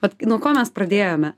vat nuo ko mes pradėjome